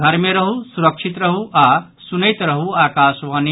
घर मे रहू सुरक्षित रहू आ सुनैत रहू आकाशवाणी